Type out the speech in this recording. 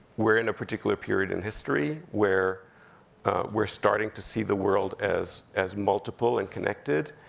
we're in a particular period in history, where we're starting to see the world as as multiple and connected.